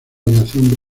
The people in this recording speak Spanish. aviación